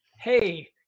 hey